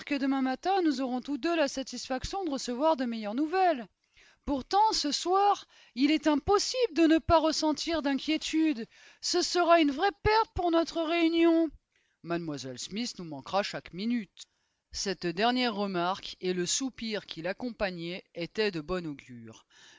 demain matin nous aurons tous deux la satisfaction de recevoir de meilleures nouvelles pourtant ce soir il est impossible de ne pas ressentir d'inquiétude ce sera une vraie perte pour notre réunion mlle smith nous manquera chaque minute cette dernière remarque et le soupir qui l'accompagnait étaient de bon augure